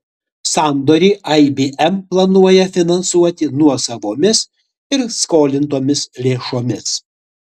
sandorį ibm planuoja finansuoti nuosavomis ir skolintomis lėšomis